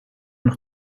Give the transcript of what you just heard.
nog